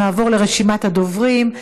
נעבור לרשימת הדוברים.